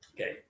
Okay